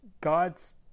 God's